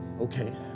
okay